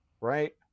right